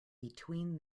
between